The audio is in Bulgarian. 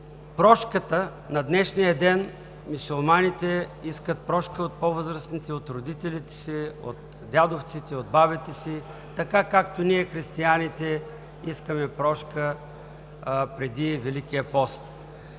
Прошката – на днешния ден мюсюлманите искат прошка от по-възрастните, от родителите си, от дядовците, от бабите си, както ние християните искаме прошка преди Великия пост.